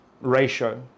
ratio